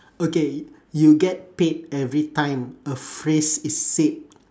okay you get paid every time a phrase is said